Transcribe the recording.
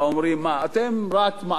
אתם רק מעבירים ביקורת,